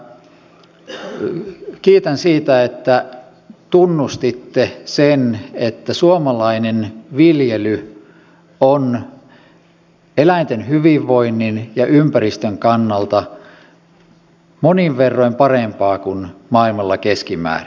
edustaja halmeenpää kiitän siitä että tunnustitte sen että suomalainen viljely on eläinten hyvinvoinnin ja ympäristön kannalta monin verroin parempaa kuin maailmalla keskimäärin